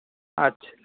ᱟᱪᱪᱷᱟ